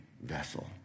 vessel